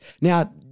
Now